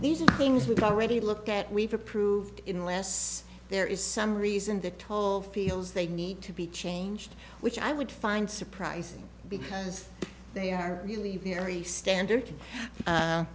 these are things we've already looked at we've approved in unless there is some reason they're told feels they need to be changed which i would find surprising because they are really very standard